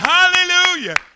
Hallelujah